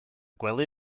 gwely